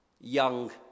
young